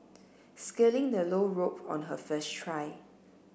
scaling the low rope on her first try